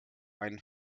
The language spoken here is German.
einen